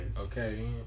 Okay